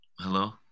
hello